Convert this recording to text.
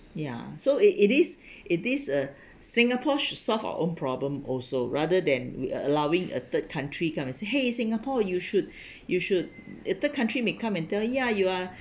ya so it it is it is a singapore should solve our own problem also rather than we a~ allowing a third country come and say !hey! singapore you should you should uh the third country may come and tell ya you are